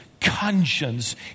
conscience